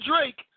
Drake